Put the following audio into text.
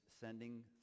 sending